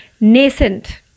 nascent